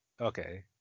okay